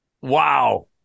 Wow